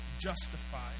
justified